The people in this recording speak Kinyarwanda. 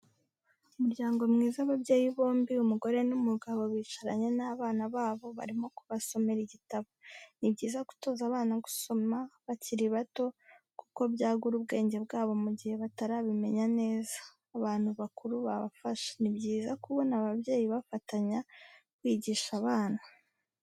Umuryango mwiza ababyeyi bombi umugore n'umugabo bicaranye n'abana babo barimo kubasomera igitabo, ni byiza gutoza abana gusoma bakiri bato kuko byagura ubwenge bwabo mu gihe batarabimenya neza abantu bakuru babafasha, ni byiza kubona ababyeyi bafatanya kwigisha abana.